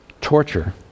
torture